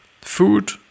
food